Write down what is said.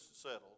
settled